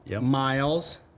Miles